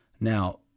Now